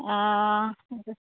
অঁ